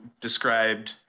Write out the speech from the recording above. described